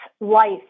life